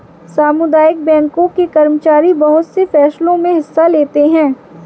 सामुदायिक बैंकों के कर्मचारी बहुत से फैंसलों मे हिस्सा लेते हैं